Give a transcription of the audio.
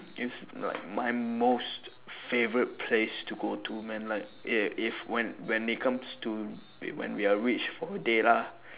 is like my most favorite place to go to man like if if when when it comes to when we are rich for a day lah